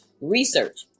research